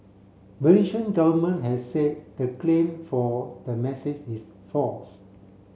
Malaysian government has said the claim for the message is false